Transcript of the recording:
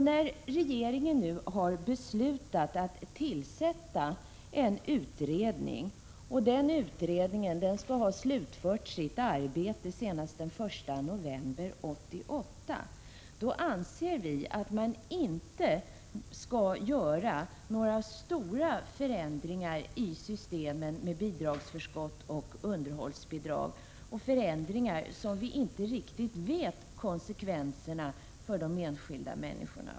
När regeringen nu har beslutat att tillsätta en utredning, som skall ha slutfört sitt arbete senast den 1 november 1988, anser vi att man inte skall göra några stora förändringar i systemen med bidragsförskott och underhållsbidrag. Vi vet inte riktigt vilka konsekvenserna av dessa förändringar blir för 19 de enskilda människorna.